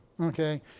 Okay